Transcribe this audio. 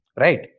Right